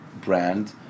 brand